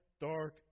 dark